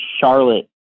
Charlotte